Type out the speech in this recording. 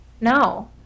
No